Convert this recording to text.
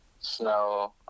snow